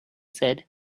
said